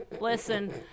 listen